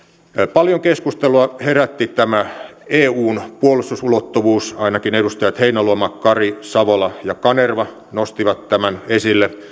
paljon keskustelua herätti tämä eun puolustusulottuvuus ainakin edustajat heinäluoma kari savola ja kanerva nostivat tämän esille